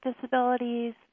disabilities